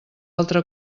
altra